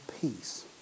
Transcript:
peace